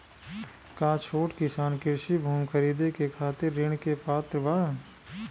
का छोट किसान कृषि भूमि खरीदे के खातिर ऋण के पात्र बा?